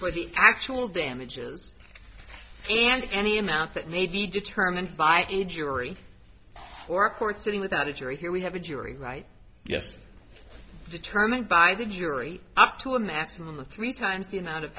but the actual damages and any amount that may be determined by a jury or a court sitting without a jury here we have a jury right yes determined by the jury up to a maximum of three times the amount of